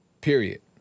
period